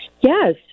Yes